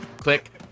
click